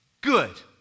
good